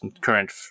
current